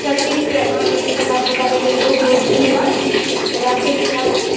अच्छा अहाॅंके ई सब बात बताबै के लेल बहुत बहुत धन्यवाद रखै छी आब जी